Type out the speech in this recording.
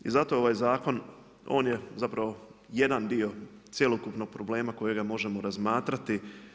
I zato ovaj zakon, on je zapravo, jedan dio cjelokupnog problema kojega možemo razmatrati.